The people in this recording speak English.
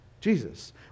Jesus